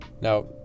Now